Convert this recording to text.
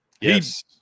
Yes